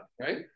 right